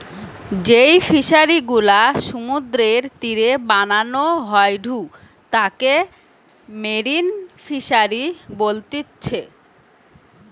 যেই ফিশারি গুলা সমুদ্রের তীরে বানানো হয়ঢু তাকে মেরিন ফিসারী বলতিচ্ছে